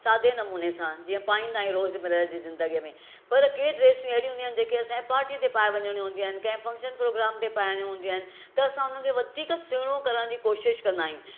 सादे नमूने सां जीअं पाईंदा आहियूं रोज़मर्ह जी ज़िंदगीअ में पर के ड्रेसूं अहिड़ियूं हूंदियूं आहिनि जेके असां खे पार्टीअ ते पाए वञिणो हूंदियूं आहिनि कंहिं फंक्शन प्रोग्राम ते पाइणियूं हूंदियूं आहिनि त उनखे असां वधीक सुहिणो करणु जी कोशिशि कंदा आहियूं